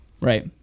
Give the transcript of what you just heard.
Right